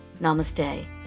Namaste